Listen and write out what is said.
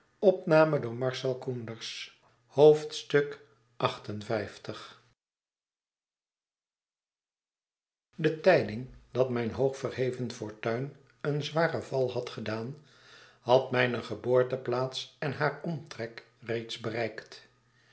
de tijding dat mijn hoog verheven fortuin een zwaren val had gedaan had mijne geboorteplaats en haar omtrek reeds bereikt